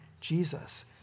Jesus